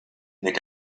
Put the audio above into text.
mit